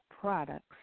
products